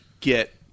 get